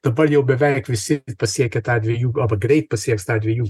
dabar jau beveik visi pasiekė tą dvejų arba greit pasieks tą dvejų